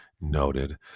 noted